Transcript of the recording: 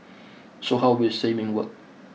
so how will streaming work